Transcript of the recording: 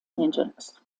angeles